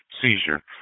seizure